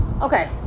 okay